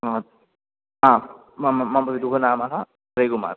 मम आम् मम मम पितुः नाम रविकुमार्